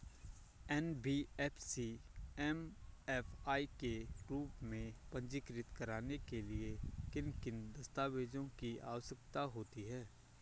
NBFC MFI के रूप में पंजीकृत कराने के लिए किन किन दस्तावेज़ों की आवश्यकता होती है?